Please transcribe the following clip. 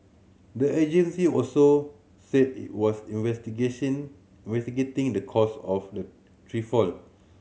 the agency also said it was investigation investigating the cause of the tree fall